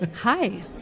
Hi